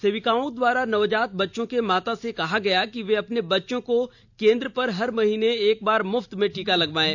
सेविकाओं द्वारा नवजात बच्चों के माता से कहा गया कि वे अपने बच्चों को केंद्र पर महीने में एक बार मुफ्त में टीका दिलायें